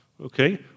okay